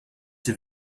have